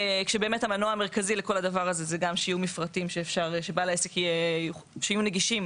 כשבאמת המנוע המרכזי לכל הדבר הזה זה גם שיהיו מפרטים שיהיו נגישים